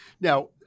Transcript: Now